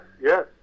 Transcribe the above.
yes